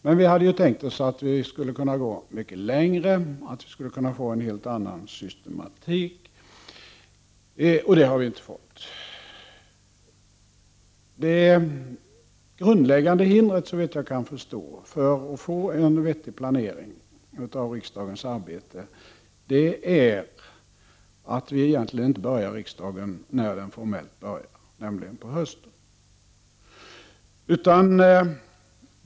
Men vi hade ju tänkt oss att man skulle kunna gå mycket längre och få en helt annan systematik. Det har vi emellertid inte fått. Det grundläggande hindret, såvitt jag kan förstå, för att få en vettig planering av riksdagens arbete är att vi egentligen inte börjar riksdagen när den formellt börjar, nämligen på hösten.